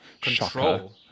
Control